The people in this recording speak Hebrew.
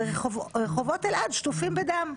ורחובות אלעד שטופים בדם.